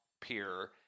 peer